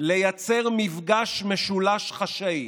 לייצר מפגש משולש חשאי